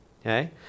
Okay